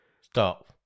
Stop